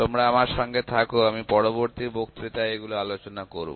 তোমরা আমার সঙ্গে থাকো আমি পরবর্তী বক্তৃতায় এগুলো আলোচনা করব